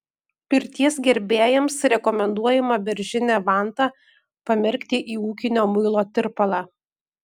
pirties gerbėjams rekomenduojama beržinę vantą pamerkti į ūkinio muilo tirpalą